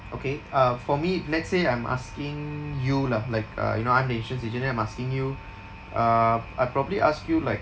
okay uh for me let's say I'm asking you lah like uh you know I'm the insurance agent then I'm asking you uh I probably ask you like